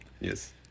Yes